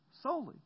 solely